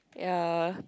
ya